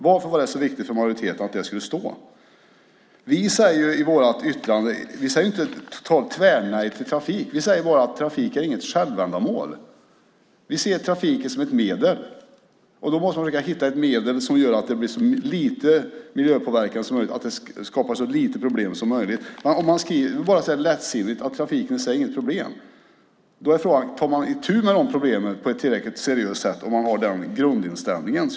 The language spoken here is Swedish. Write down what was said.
Varför var det så viktigt för majoriteten att det skulle stå? Vi säger i vårt yttrande inte totalt tvärnej till trafik. Vi säger bara att trafik inte är något självändamål. Vi ser trafiken som ett medel. Då måste man försöka att hitta ett medel som gör att det blir så lite miljöpåverkan som möjligt och som skapar så lite problem som möjligt. Man skriver lättsinnigt att trafiken i sig inte är något problem. Frågan är om man tar itu med problemen på ett tillräckligt seriöst sätt när man har den grundinställningen.